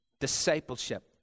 discipleship